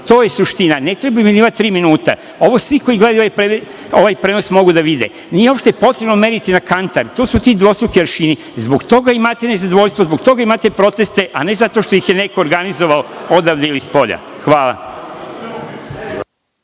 To je suština, ne treba primenjivati tri minuta. Ovo svi koji gledaju, ovaj prenos, mogu da vide. Nije uopšte potrebno meriti na kantar, to su ti dvostruki aršini. Zbog toga imate nezadovoljstvo, zbog toga imate proteste, a ne zato što ih je neko organizovao odavde ili spolja. Hvala.